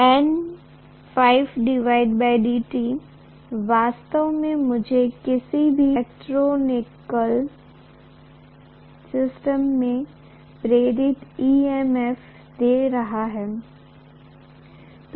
तो वास्तव में मुझे किसी भी इलेक्ट्रोमैकेनिकल सिस्टम में प्रेरित EMF दे रहा है